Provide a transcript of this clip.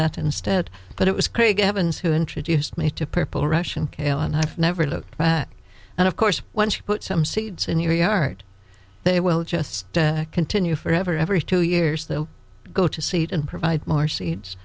that instead but it was craig evans who introduced me to purple russian kale and i've never looked back and of course once you put some seeds in your yard they will just continue forever every two years they'll go to seed and provide more seeds